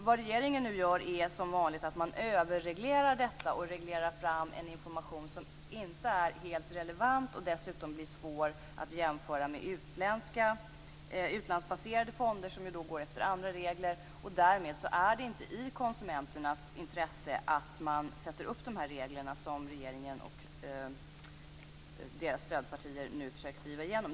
Vad regeringen nu gör är, som vanligt, att överreglera detta och reglera fram en information som inte är helt relevant och som dessutom blir svår att jämföra med utlandsbaserade fonder, som går efter andra regler. Därmed är det inte i konsumenternas intresse att sätta upp sådana regler som regeringen och dess stödpartier nu försöker driva igenom.